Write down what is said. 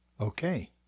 Okay